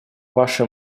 ваши